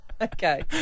Okay